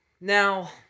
Now